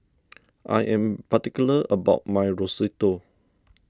I am particular about my Risotto